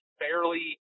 fairly